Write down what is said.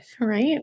Right